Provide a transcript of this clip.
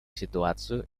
ситуацию